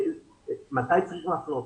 מתי צריך להפנות.